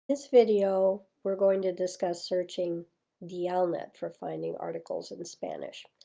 this video, we're going to discuss searching dialnet for finding articles in spanish.